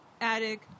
attic